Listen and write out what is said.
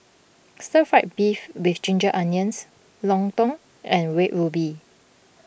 Stir Fried Beef with Ginger Onions Lontong and Red Ruby